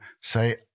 say